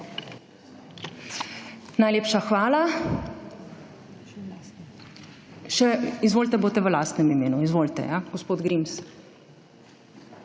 Najlepša hvala. Še, izvolite, boste v lastnem imenu. Izvolite, ja, gospod Grims.